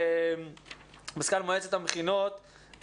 מזכ"ל מועצת המכינות,